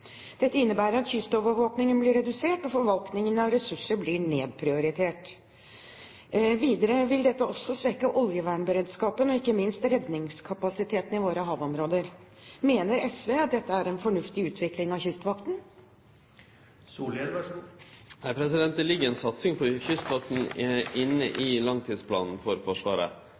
Dette innebærer at kystovervåkingen blir redusert, og forvaltningen av ressurser blir nedprioritert. Videre vil dette også svekke oljevernberedskapen og ikke minst redningskapasiteten i våre havområder. Mener SV at dette er en fornuftig utvikling av Kystvakten? Det ligg ei satsing på Kystvakta inne i langtidsplanen for Forsvaret.